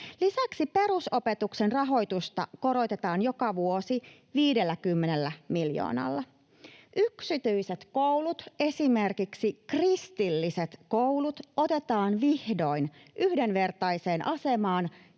Lisäksi perusopetuksen rahoitusta korotetaan joka vuosi 50 miljoonalla. Yksityiset koulut, esimerkiksi kristilliset koulut, otetaan vihdoin yhdenvertaiseen asemaan